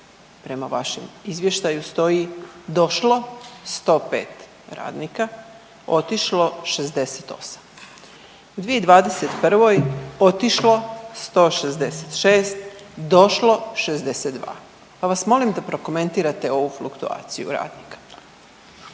prema vašem izvještaju stoji došlo 105 radnika, otišlo 68. U 2021. otišlo 166, došlo 62. Pa vas molim da prokomentirate ovu fluktuaciju radnika.